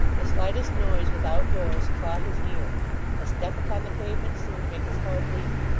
the slightest noise without doors, caught his ear a step upon the pavement seemed to make his heart leap.